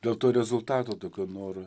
dėl to rezultato tokio noro